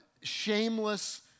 shameless